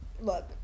look